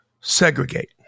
segregate